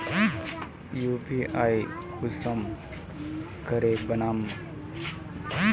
UPI कुंसम करे बनाम?